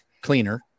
cleaner